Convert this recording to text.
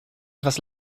etwas